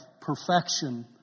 perfection